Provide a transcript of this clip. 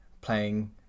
playing